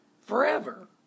forever